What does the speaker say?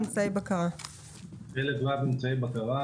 אמצעי בקרה,